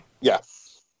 Yes